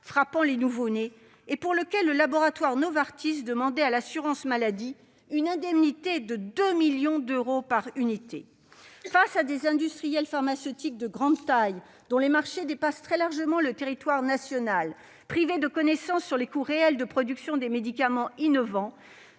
frappant les nouveau-nés, pour lequel le laboratoire Novartis demandait à l'assurance maladie une indemnité de 2 millions d'euros par unité ! Face à des industriels pharmaceutiques de grande taille, dont les marchés dépassent très largement le territoire national, et privés de connaissance sur les coûts réels de production des médicaments innovants,